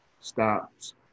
stops